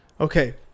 Okay